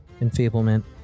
enfeeblement